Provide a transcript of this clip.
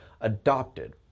adopted